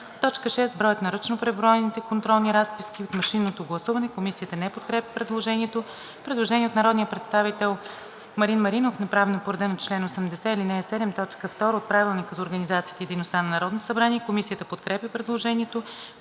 т. 6: „6. броят на ръчно преброените контролни разписки от машинното гласуване.“ Комисията не подкрепя предложението. Предложение на народния представител Марин Маринов, направено по реда на чл. 80. ал. 7. т. 2 от Правилника за организацията и дейността на Народното събрание. Комисията подкрепя предложението.